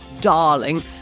darling